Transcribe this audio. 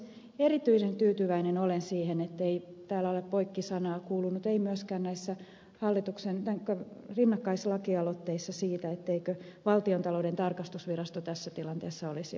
erityisen tyytyväinen olen siihen ettei täällä ole poikkisanaa kuulunut siitä ei myöskään näissä rinnakkaislakialoitteissa etteikö valtiontalouden tarkastusvirasto tässä tilanteessa olisi oikea taho